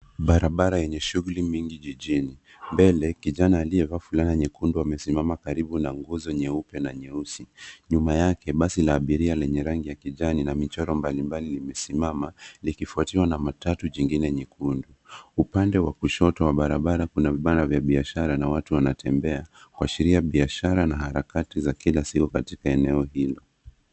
Barabara yenye shughuli mingi jijini. Mbele kijana aliyevaa fulana nyekundu amesimama karibu na nguzo nyeupe na nyeusi. Nyuma yake basi la abiria lenye rangi ya kijani na michoro mbalimbali limesimama likifuatiwa na matatu jingine nyekundu. Upande wa kushoto wa barabara kuna vibanda vya biashara na watu wanatembea kuashiria biashara na harakati za kila siku katika eneo hilo.